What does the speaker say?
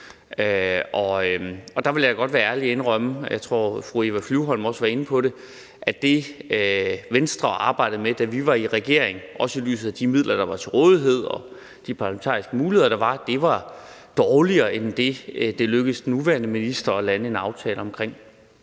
Og der vil jeg godt være ærlig og indrømme – jeg tror, at fru Eva Flyvholm også var inde på det – at det, Venstre arbejdede med, da vi var i regering, også i lyset af de midler, der var til rådighed, og de parlamentariske muligheder, der var, var dårligere end det, det er lykkedes den nuværende minister at lande en aftale om.